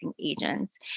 agents